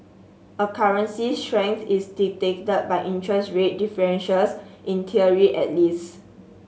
a currency's strength is by interest rate differentials in theory at least